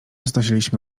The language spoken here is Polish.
znosiliśmy